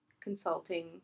consulting